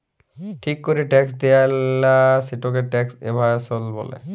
ঠিক ক্যরে ট্যাক্স দেয়লা, সেটকে ট্যাক্স এভাসল ব্যলে